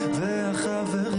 זהו.